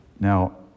Now